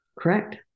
Correct